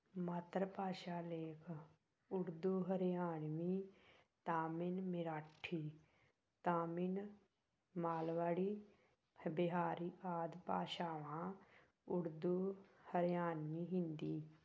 ਮਾਤਰ ਭਾਸ਼ਾ ਉਰਦੂ ਹਰਿਆਣਵੀ ਤਾਮਿਲ ਮੇਰਾਠੀ ਤਾਮਿਨ ਮਾਲਵਾੜੀ ਬਿਹਾਰੀ ਆਦਿ ਭਾਸ਼ਾਵਾਂ ਉਰਦੂ ਹਰਿਆਣਵੀ ਹਿੰਦੀ